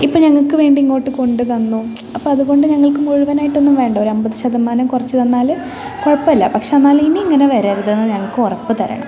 ഇപ്പം ഞങ്ങൾക്കുവേണ്ടി ഇങ്ങോട്ട് കൊണ്ടു തന്നു അപ്പോൾ അതുകൊണ്ടു ഞങ്ങൾക്ക് മുഴുവനായിട്ടൊന്നും വേണ്ട ഒരു അൻപത് ശതമാനം കുറച്ചു തന്നാൽ കുഴപ്പമില്ല പക്ഷെ എന്നാൽ ഇനി ഇങ്ങനെ വരരുതെന്ന് ഞങ്ങൾക്ക് ഉറപ്പു തരണം